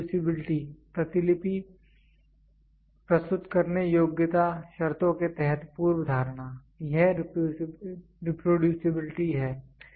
reproducibility प्रतिलिपि प्रस्तुत करने योग्यता शर्तों के तहत पूर्वधारणा यह रीप्रोड्युसिबिलिटी है